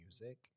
music